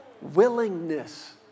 Willingness